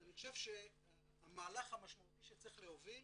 אז אני חושב שהמהלך המשמעותי שצריך להוביל